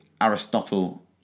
Aristotle